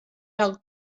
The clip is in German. herr